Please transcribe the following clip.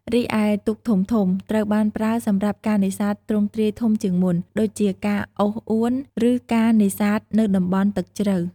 រីឯទូកធំៗ ត្រូវបានប្រើសម្រាប់ការនេសាទទ្រង់ទ្រាយធំជាងមុន ដូចជាការអូសអួន ឬការនេសាទនៅតំបន់ទឹកជ្រៅ។